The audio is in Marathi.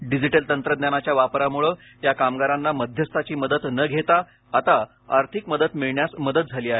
डिजिटल तंत्रज्ञानाच्या वापरामुळे या कामगारांना मध्यस्थाची मदत न घेता आता आर्थिक मदत मिळण्यास मदत झाली आहे